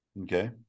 Okay